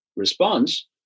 response